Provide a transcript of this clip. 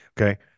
okay